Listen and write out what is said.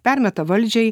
permeta valdžiai